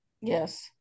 Yes